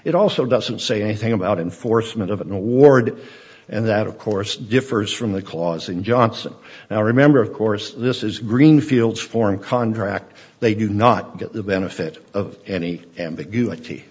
it also doesn't say anything about enforcement of an award and that of course differs from the clause in johnson now remember of course this is greenfields form contract they do not get the benefit of any ambiguity